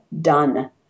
done